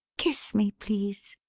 kiss me, please.